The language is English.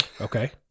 okay